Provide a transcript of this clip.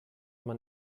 man